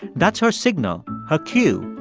that's her signal, her cue,